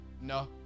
no